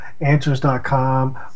answers.com